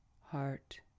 heart